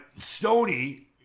Stoney